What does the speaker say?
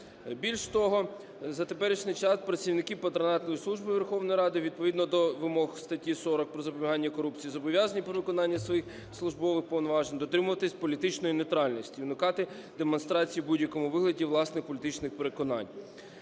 Більш того, на теперішній час працівники патронатної служби Верховної Ради відповідно до вимог статті 40 "Про запобігання корупції" "зобов'язані при виконанні своїх службових повноважень дотримуватися політичної нейтральності, уникати демонстрації у будь-якому вигляді власних політичних переконань".